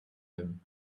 him